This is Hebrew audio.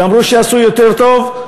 ואמרו שיעשו יותר טוב,